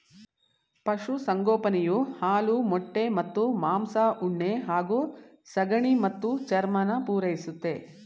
ಪಶುಸಂಗೋಪನೆಯು ಹಾಲು ಮೊಟ್ಟೆ ಮತ್ತು ಮಾಂಸ ಉಣ್ಣೆ ಹಾಗೂ ಸಗಣಿ ಮತ್ತು ಚರ್ಮನ ಪೂರೈಸುತ್ತೆ